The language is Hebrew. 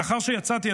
לאחר שיצאתי,